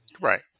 Right